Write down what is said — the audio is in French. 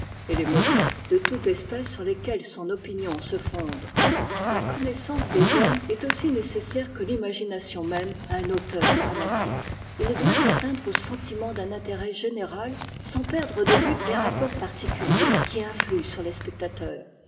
et lès motifs de toute espèce sur esquels son opinion se fonde la connaissance des hommes est aussi nécessaire que l'imagination même à un auteur dramatique it doit atteindre aux sentiments d'un intérêt généra sans perdre de vue les rapports particutiers qui ifhuent sur les spectateurs